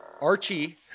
Archie